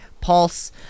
pulse